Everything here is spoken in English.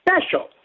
special